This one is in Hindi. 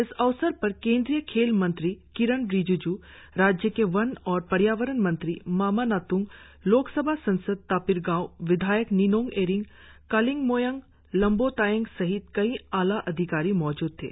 इस अवसर पर केंद्रीय खेल मंत्री किरेन रिजिजू राज्य के वन और पर्यावरण मंत्री मामा नात्ंग लोक सभा सांसद तापिर गाव विधायक निनोंग ईरिंग कालिंग मोयोंग लोंबो तायेंग सहित कई आला अधिकारी मौजूद थे